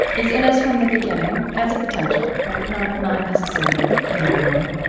is in us from the beginning, as a potential, right? not not necessarily in everyone.